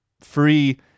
free